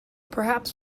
perhaps